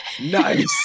Nice